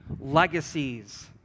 legacies